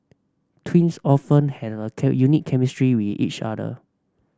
twins often had a unique chemistry with each other